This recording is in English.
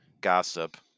gossip